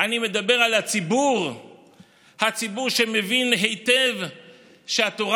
אני מדבר על הציבור שמבין היטב שהתורה